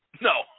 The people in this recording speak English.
No